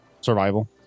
Survival